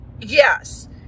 yes